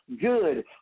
Good